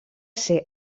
ser